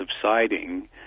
subsiding